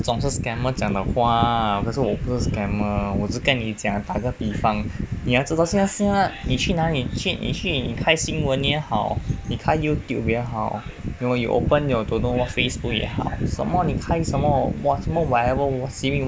这种是 scammer 讲的话可是我不是 scammer 我只是跟你讲打个比方你要知道现在现在你去哪里你去你开新闻也好你开 Youtube 也好 you know you open your don't know what Facebook 也好什么你开什么 whatever simi